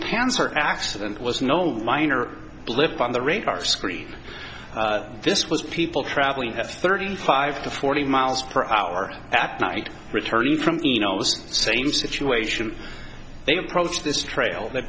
cancer accident was known minor blip on the radar screen this was people traveling that thirty five to forty miles per hour at night returning from the same situation they approached this trail th